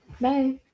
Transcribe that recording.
Bye